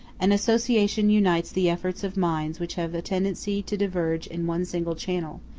an association unites the efforts of minds which have a tendency to diverge in one single channel,